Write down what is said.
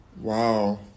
Wow